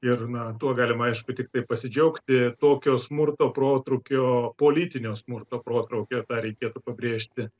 ir na tuo galima aišku tiktai pasidžiaugti tokio smurto protrūkio politinio smurto protrūkio tą reikėtų pabrėžti